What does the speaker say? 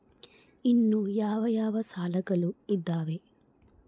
ಇನ್ನು ಯಾವ ಯಾವ ಸಾಲಗಳು ಇದಾವೆ?